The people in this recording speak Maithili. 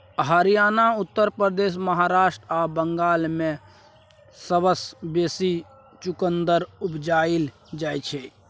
हरियाणा, उत्तर प्रदेश, महाराष्ट्र आ बंगाल मे सबसँ बेसी चुकंदर उपजाएल जाइ छै